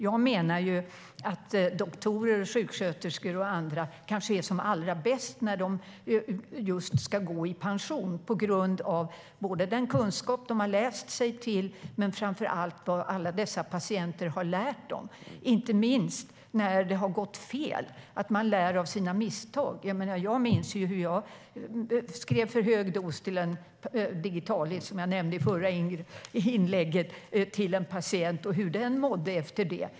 Jag menar att doktorer, sjuksköterskor och andra kanske är som allra bäst just när de ska gå i pension. Det är de på grund av den kunskap de har läst sig till men framför allt på grund av vad alla dessa patienter har lärt dem, inte minst när det har gått fel. Man lär av sina misstag. Jag minns när jag skrev ut en för hög dos digitalis, som jag nämnde i förra inlägget, till en patient och hur han mådde efter det.